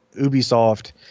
Ubisoft